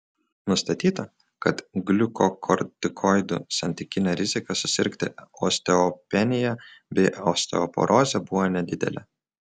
nustatyta kad gliukokortikoidų santykinė rizika susirgti osteopenija bei osteoporoze buvo nedidelė